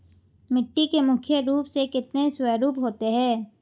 मिट्टी के मुख्य रूप से कितने स्वरूप होते हैं?